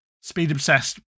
speed-obsessed